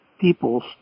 peoples